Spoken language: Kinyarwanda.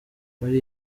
muri